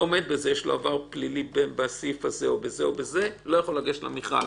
עבר פלילי לפי תנאי זה או זה לא יכול לגשת למכרז.